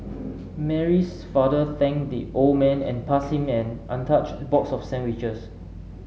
Mary's father thanked the old man and passed him an untouched box of sandwiches